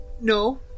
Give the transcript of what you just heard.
No